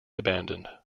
abandoned